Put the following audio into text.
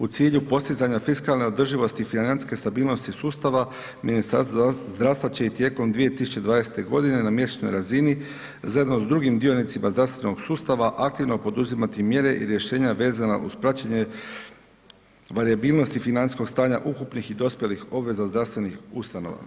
U cilju postizanja fiskalne održivosti i financijske stabilnosti sustava, Ministarstvo zdravstva će i tijekom 2020. g, na mjesečnoj razini zajedno sa drugim dionicima zdravstvenog sustava aktivno poduzimati mjere i rješenja vezana uz praćenje varijabilnosti financijskog stanja ukupnih i dospjelih obveza zdravstvenih ustanova.